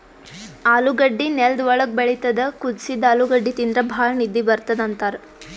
ಆಲೂಗಡ್ಡಿ ನೆಲ್ದ್ ಒಳ್ಗ್ ಬೆಳಿತದ್ ಕುದಸಿದ್ದ್ ಆಲೂಗಡ್ಡಿ ತಿಂದ್ರ್ ಭಾಳ್ ನಿದ್ದಿ ಬರ್ತದ್ ಅಂತಾರ್